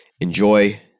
enjoy